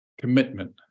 commitment